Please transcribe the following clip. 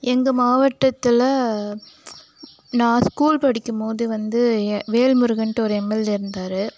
எங்கள் மாவட்டத்தில் நான் ஸ்கூல் படிக்கும் போது வந்து வேல்முருகன்ட்டு ஒரு எம்எல்ஏ இருந்தார்